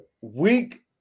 Week